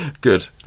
good